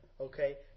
okay